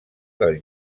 del